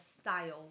style